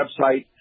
website